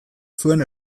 zuen